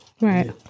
Right